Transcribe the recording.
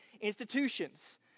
institutions